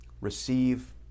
receive